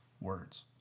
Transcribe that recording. words